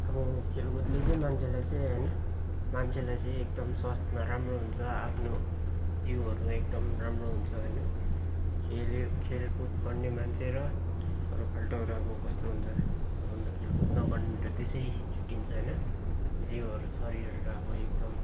अब खेलकुदले चाहिँ मान्छेलाई चाहिँ होइन मान्छेलाई चाहिँ एकदम स्वास्थ्यमा राम्रो हुन्छ आफ्नो जिउहरू एकदम राम्रो हुन्छ होइन खेल्यो खेलकुद गर्ने मान्छे र अरू फाल्टोहरू अब कस्तो हुन्छ अब अन्त खेलकुद नगर्नेहरू त्यसै छुट्टिन्छ होइन जिउहरू शरीरहरू अब एकदम